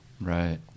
Right